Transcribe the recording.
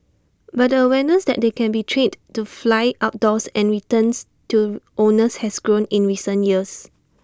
but the awareness that they can be trained to fly outdoors and returns to owners has grown in recent years